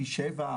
פי 7,